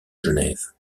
genève